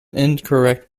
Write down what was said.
incorrect